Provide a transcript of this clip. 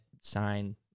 sign